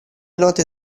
note